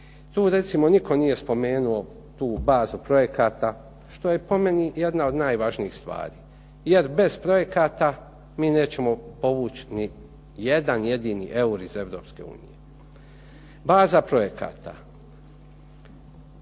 Tu recimo nitko nije spomenuo tu bazu projekata što je po meni jedna od najvažnijih stvari jer bez projekata mi nećemo povući ni jedan jedini eur iz EU. Baza projekata,